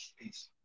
Peace